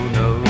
no